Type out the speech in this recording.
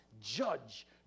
judge